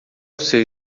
seu